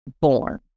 born